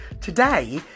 Today